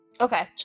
Okay